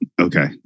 Okay